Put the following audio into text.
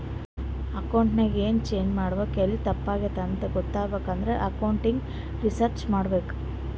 accounting ನಾಗ್ ಎನ್ change ಮಾಡ್ಬೇಕ್ ಎಲ್ಲಿ ತಪ್ಪ ಆಗ್ಯಾದ್ ಅಂತ ಗೊತ್ತಾಗ್ಬೇಕ ಅಂದುರ್ ಅಕೌಂಟಿಂಗ್ ರಿಸರ್ಚ್ ಮಾಡ್ಬೇಕ್